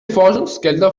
forschungsgelder